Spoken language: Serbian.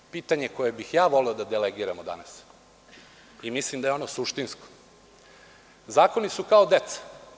Ono pitanje koje bih ja voleo da delegiramo danas i mislim da je ono suštinsko, zakoni su kao deca.